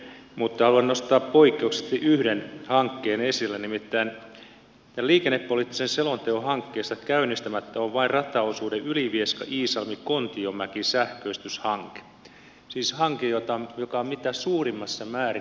mutta haluan nostaa poikkeuksellisesti yhden hankkeen esille nimittäin liikennepoliittisen selonteon hankkeista käynnistämättä on vain rataosuuden ylivieskaiisalmikontiomäki sähköistyshanke siis hanke joka on mitä suurimmassa määrin elinkeinopoliittinen hanke